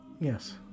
Yes